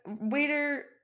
waiter